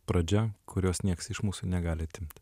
pradžia kurios nieks iš mūsų negali atimt